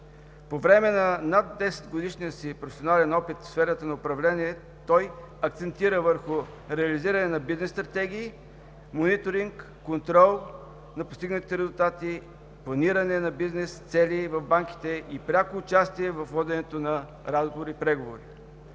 По време на над 10-годишния си професионален опит в сферата на управление той акцентира върху реализиране на бизнес стратегии, мониторинг, контрол на постигнатите резултати, планиране на бизнес цели в банките и пряко участие във воденето на разговори и преговори.